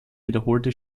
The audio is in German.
wiederholte